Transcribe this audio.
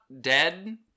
dead